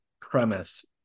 premise